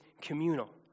communal